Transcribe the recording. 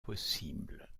possible